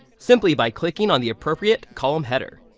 simply by clicking on the appropriate column header.